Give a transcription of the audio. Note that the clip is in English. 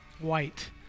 white